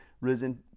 risen